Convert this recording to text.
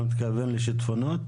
אתה מתכוון לשיטפונות?